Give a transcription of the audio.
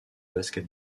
basket